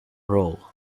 role